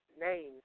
names